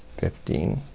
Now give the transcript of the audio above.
fifteen,